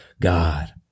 God